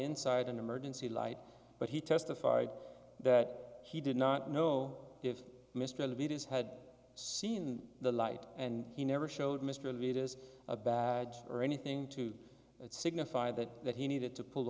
inside and emergency light but he testified that he did not know if mr leaders had seen the light and he never showed mr lita's a badge or anything to signify that that he needed to pull